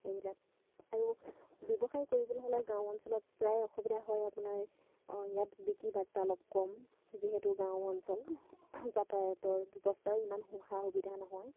এইবিলাক আৰু ব্যৱসায় কৰিবলৈ হ'লে গাঁও অঞ্চলত প্ৰায় অসুবিধা হয় আপোনাৰ ইয়াত বিক্ৰী বাৰ্তা অলপ কম যিহেতু গাঁও অঞ্চল যাতায়তৰ ব্যৱস্থাও ইমান সা সুবিধা নহয়